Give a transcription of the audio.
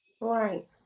Right